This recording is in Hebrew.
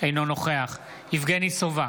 אינו נוכח יבגני סובה,